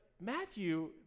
Matthew